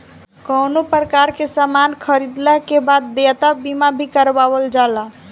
कवनो प्रकार के सामान खरीदला के बाद देयता बीमा भी करावल जाला